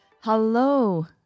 Hello